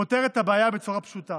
פותרת את הבעיה בצורה פשוטה: